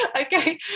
okay